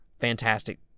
fantastic